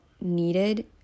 needed